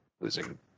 losing